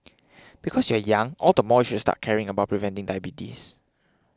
because you are young all the more you should start caring about preventing diabetes